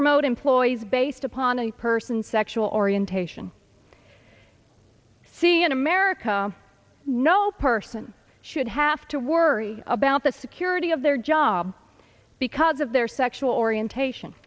promote employees based upon a person's sexual orientation i see in america no person should have to worry about the security of their job because of their sexual orientation